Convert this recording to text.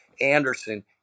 Anderson